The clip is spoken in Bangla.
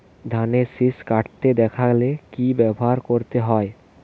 ধানের শিষ কাটতে দেখালে কি ব্যবহার করতে হয়?